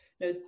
Now